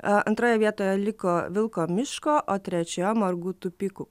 antroje vietoje liko vilko miško o trečioje margų tupikų